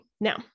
Now